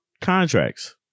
contracts